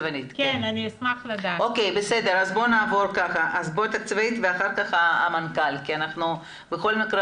נשמע את התקציבנית ואחר כך את המנכ"ל כי בכל מקרה